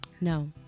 no